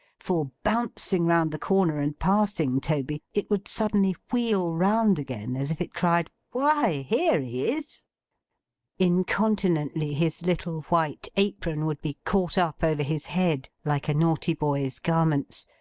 for bouncing round the corner, and passing toby, it would suddenly wheel round again, as if it cried why, here he is incontinently his little white apron would be caught up over his head like a naughty boy's garments,